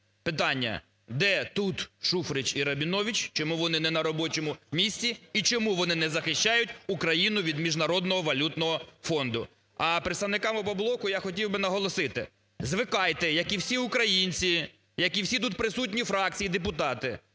Питання. Де тут Шуфрич і Рабінович, чому вони не на робочому місці і чому вони не захищають Україну від Міжнародного валютного фонду? А представникам "Опоблоку" я хотів би наголосити, звикайте, як і всі українці, як і всі тут присутні у фракції депутати